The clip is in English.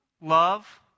love